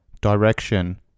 Direction